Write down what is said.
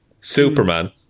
Superman